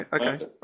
okay